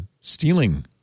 stealing